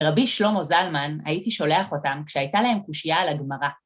רבי שלמה זלמן הייתי שולח אותם כשהייתה להם קושייה על הגמרא.